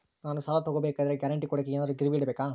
ನಾನು ಸಾಲ ತಗೋಬೇಕಾದರೆ ಗ್ಯಾರಂಟಿ ಕೊಡೋಕೆ ಏನಾದ್ರೂ ಗಿರಿವಿ ಇಡಬೇಕಾ?